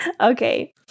Okay